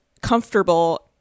comfortable